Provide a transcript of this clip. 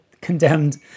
condemned